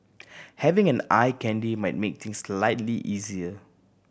having an eye candy might make things slightly easier